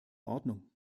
ordnung